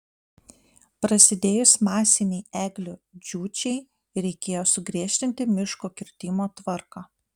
prasidėjus masinei eglių džiūčiai reikėjo sugriežtinti miško kirtimo tvarką